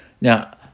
Now